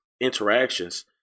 interactions